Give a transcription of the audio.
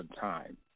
time